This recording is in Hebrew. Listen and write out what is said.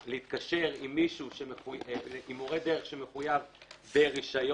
להתקשר עם מורה דרך שמחויב ברישיון,